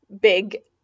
big